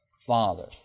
Father